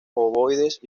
ovoides